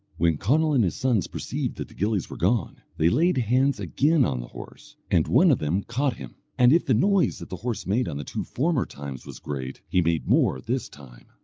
when conall and his sons perceived that the gillies were gone, they laid hands again on the horse, and one of them caught him and if the noise that the horse made on the two former times was great, he made more this time.